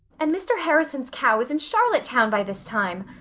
and mr. harrison's cow is in charlottetown by this time.